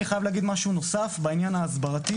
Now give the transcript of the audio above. אני חייב להגיד משהו נוסף בעניין ההסברתי,